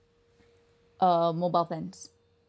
um mobile plans